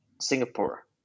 Singapore